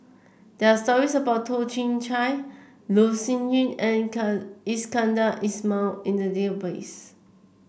there're stories about Toh Chin Chye Loh Sin Yun and Iskandar Ismail in the database